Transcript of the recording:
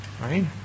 right